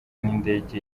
n’indege